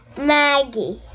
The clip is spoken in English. Maggie